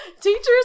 teachers